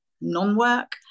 non-work